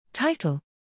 Title